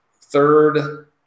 third